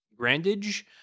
Grandage